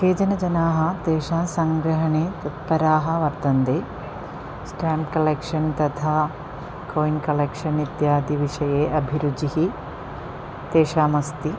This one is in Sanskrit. केचन जनाः तेषां सङ्ग्रहणे तत्पराः वर्तन्ते स्टाम्प् कलेक्षन् तथा कोयिन् कलेक्षन् इत्यादि विषये अभिरुचिः तेषामस्ति